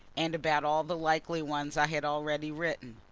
and about all the likely ones i had already written.